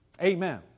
Amen